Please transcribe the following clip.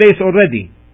already